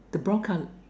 the brown colour